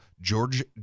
George